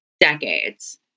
decades